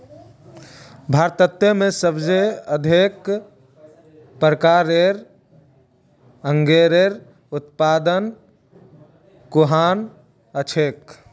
भारतत सबसे अधिक प्रकारेर अंगूरेर उत्पादन कुहान हछेक